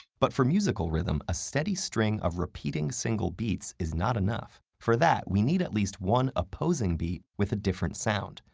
but for musical rhythm, a steady string of repeating single beats is not enough. for that, we need at least one opposing beat with a different sound,